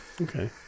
Okay